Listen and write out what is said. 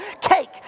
Cake